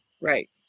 right